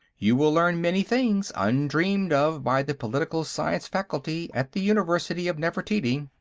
you will learn many things undreamed-of by the political-science faculty at the university of nefertiti.